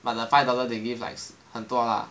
but the five dollar they give like 很多 lah